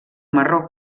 marró